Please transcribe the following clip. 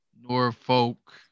Norfolk